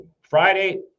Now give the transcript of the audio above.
friday